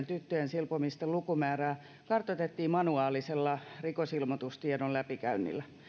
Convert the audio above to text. tyttöjen silpomisten lukumäärää kartoitettiin manuaalisella rikosilmoitustiedon läpikäynnillä